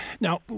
Now